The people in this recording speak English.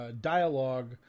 dialogue